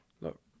Look